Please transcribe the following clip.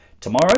tomorrow